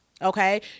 Okay